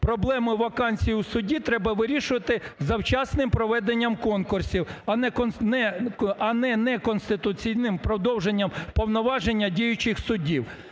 Проблему вакансій у суді треба вирішувати завчасним проведенням конкурсів, а не неконституційним продовженням повноважень діючих судів.